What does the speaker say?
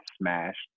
smashed